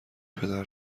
پدر